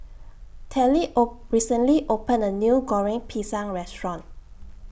Telly O recently opened A New Goreng Pisang Restaurant